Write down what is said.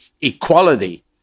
equality